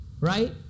right